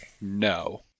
No